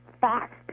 fast